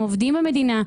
עובדים במדינה.